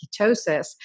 ketosis